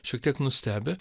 šiek tiek nustebę